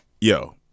Yo